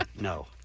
No